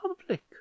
public